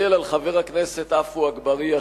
מסתכל על חבר הכנסת עפו אגבאריה,